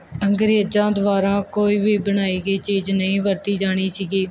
ਅੰਗਰੇਜ਼ਾਂ ਦੁਆਰਾ ਕੋਈ ਵੀ ਬਣਾਈ ਗਈ ਚੀਜ਼ ਨਹੀਂ ਵਰਤੀ ਜਾਣੀ ਸੀਗੀ